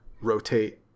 rotate